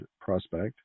prospect